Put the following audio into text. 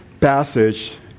Passage